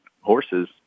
horses